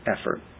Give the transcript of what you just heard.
effort